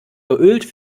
geölt